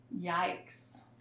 Yikes